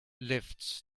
lifts